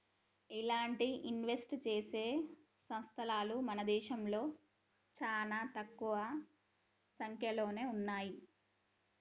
ఇలాంటి ఇన్వెస్ట్ చేసే సంస్తలు మన దేశంలో చానా తక్కువ సంక్యలోనే ఉన్నయ్యి